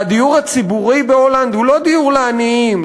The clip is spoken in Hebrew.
והדיור הציבורי בהולנד הוא לא דיור לעניים,